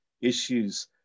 issues